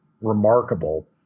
remarkable